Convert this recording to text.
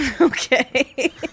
okay